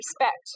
respect